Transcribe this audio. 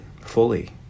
fully